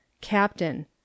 Captain